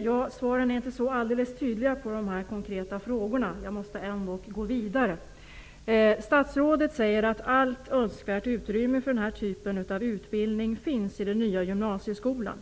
Fru talman! Svaren på dessa konkreta frågor är inte så tydliga. Jag måste ändå gå vidare. Statsrådet säger att allt önskvärt utrymme för denna typ av utbildning finns i den nya gymnasieskolan.